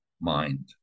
mind